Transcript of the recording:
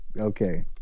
okay